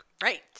Great